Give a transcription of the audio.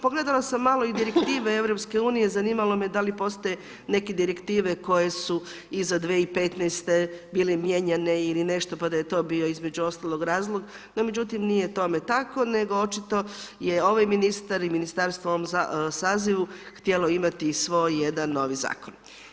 Pogledala sam malo i direktive EU, zanimalo me je da li postoje neke direktive koje su iza 2015. bile mijenjane ili nešto, pa da je to bio između ostalog razlog, no međutim, nije tome tako, očito je ovaj ministar i ministarstvo u ovom sazivu, htjelo imati i svoj jedan novi zakon.